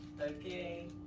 Okay